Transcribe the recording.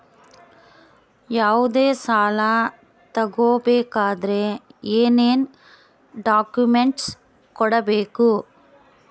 ಯಾವುದೇ ಸಾಲ ತಗೊ ಬೇಕಾದ್ರೆ ಏನೇನ್ ಡಾಕ್ಯೂಮೆಂಟ್ಸ್ ಕೊಡಬೇಕು?